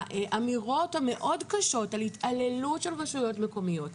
האמירות המאוד קשות על התעללות של רשויות מקומיות,